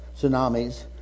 tsunamis